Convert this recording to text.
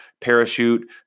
parachute